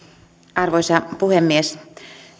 arvoisa puhemies